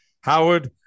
Howard